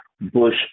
Bush